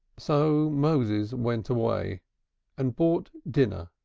so moses went away and bought dinner,